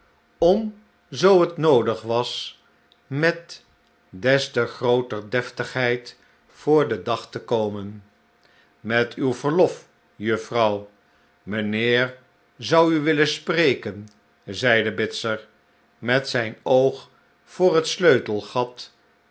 om zoo het noodig was met des te grooter deftigheid voor den dag te komen met uw verlof juffrouw mijnheer zou u willen spreken zeide bitzer met zijn oog voor het sleutelgat